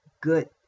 good